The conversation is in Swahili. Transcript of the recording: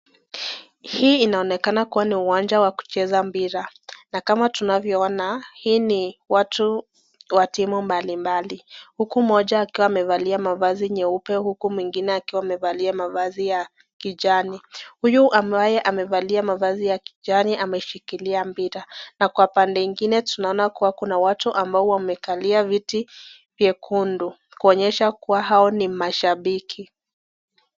Hii inaonekana kuwa ni uwanja wa kucheza mpira . Na kama tunavyo ona , hii ni watu wa timu mbalimbali . Huku moja akiwa amevalia mavazi nyeupe , huku mwingine akiwa amevalia mavazi ya kijani . Huyu ambaye amevalia mavazi ya kijani ameshikilia mpira. Na Kwa mengine tunaona kuwa kuna watu ambao wamevalia viti vyekundu. Kuonyesha kuwa hao ni mashabiki .